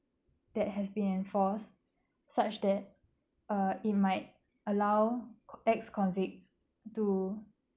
that has been enforced such that uh it might allow ex convict to